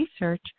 research